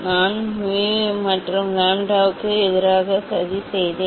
நான் mu மற்றும் lambda க்கு எதிராக சதி செய்தேன்